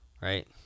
right